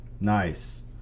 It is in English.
nice